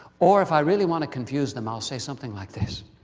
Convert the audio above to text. or if i really want to confuse them, i'll say something like this